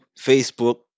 Facebook